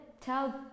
tell